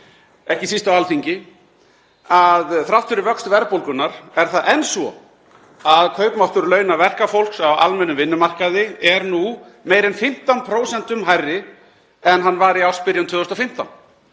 ekki síst á Alþingi, að þrátt fyrir vöxt verðbólgunnar er það enn svo að kaupmáttur launa verkafólks á almennum vinnumarkaði er nú meira en 15% hærri en hann var í ársbyrjun 2015?